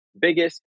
biggest